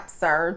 sir